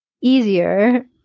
easier